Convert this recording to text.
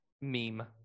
meme